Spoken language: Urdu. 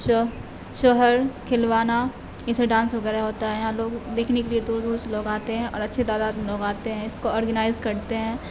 شو شوہر کھلوانہ اسے ڈانس وغیرہ ہوتا ہے یہاں لوگ دیکھنے کے لیے دور دور سے لوگ آتے ہیں اور اچھے تعداد میں لوگ آتے ہیں اس کو آرگنائز کرتے ہیں